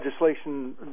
legislation